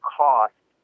cost